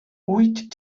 wyt